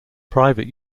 private